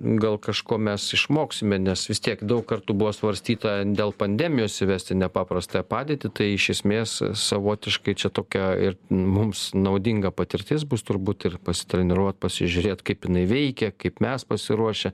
gal kažko mes išmoksime nes vis tiek daug kartų buvo svarstyta dėl pandemijos įvesti nepaprastąją padėtį tai iš esmės savotiškai čia tokia ir mums naudinga patirtis bus turbūt ir pasitreniruot pasižiūrėt kaip jinai veikia kaip mes pasiruošę